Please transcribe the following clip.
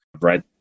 right